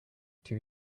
two